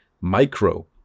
Micro